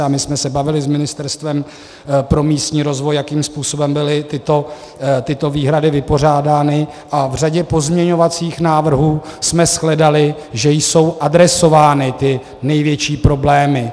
A my jsme se bavili s Ministerstvem pro místní rozvoj, jakým způsobem byly tyto výhrady vypořádány, a v řadě pozměňovacích návrhů jsme shledali, že jsou adresovány ty největší problémy.